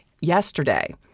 yesterday